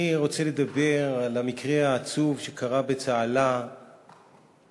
אני רוצה לדבר על המקרה העצוב שקרה בצהלה בתל-אביב,